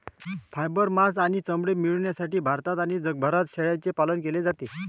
fibre, मांस आणि चामडे मिळविण्यासाठी भारतात आणि जगभरात शेळ्यांचे पालन केले जाते